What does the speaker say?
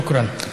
שוכרן.